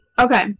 Okay